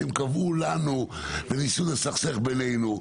כשהם קבעו לנו וניסו לסכסך בינינו.